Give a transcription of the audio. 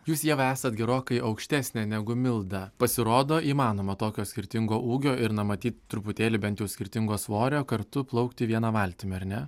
jūs jau esat gerokai aukštesnė negu milda pasirodo įmanoma tokio skirtingo ūgio ir na matyt truputėlį bent jau skirtingo svorio kartu plaukti viena valtimi ar ne